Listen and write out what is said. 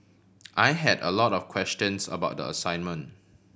I had a lot of questions about the assignment